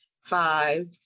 five